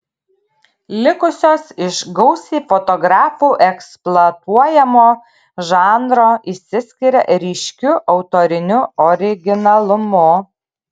likusios iš gausiai fotografų eksploatuojamo žanro išsiskiria ryškiu autoriniu originalumu